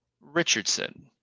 richardson